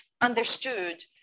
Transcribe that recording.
understood